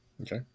Okay